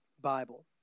Bible